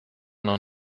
noch